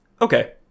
Okay